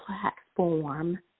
platform